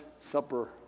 supper